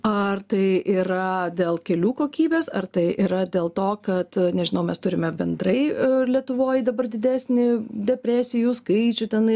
ar tai yra dėl kelių kokybės ar tai yra dėl to kad nežinau mes turime bendrai lietuvoj dabar didesnį depresijų skaičių tenai